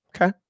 Okay